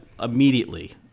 immediately